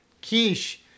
Quiche